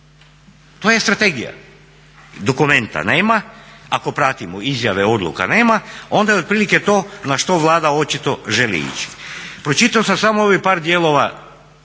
to je strategija. Dokumenta nema, ako pratimo izjave, odluka nema onda je otprilike to na što Vlada očito želi ići. Pročitao sam samo ovih par dijelova